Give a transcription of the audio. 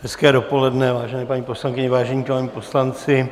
Hezké dopoledne, vážené paní poslankyně, vážení páni poslanci.